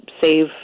save